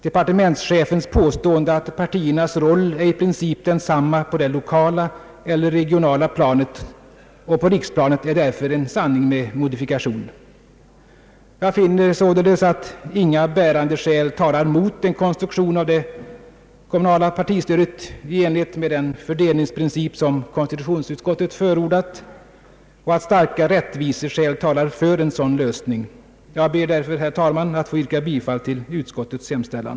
Departementschefens påstående att partiernas roll i princip är densamma på det lokala eller regionala planet och på riksplanet är därför en sanning med modifikation. Jag finner således att inga bärande skäl talar mot en konstruktion av det kommunala partistödet i enlighet med den fördelningsprincip som konstitutionsutskottet förordat och att starka rättviseskäl talar för en sådan lösning. Jag ber därför, herr talman, att få yrka bifall till utskottets hemställan.